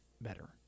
better